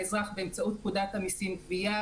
באמצעות פקודת המסים (גבייה),